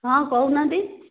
ହଁ କହୁନାହାନ୍ତି